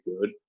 good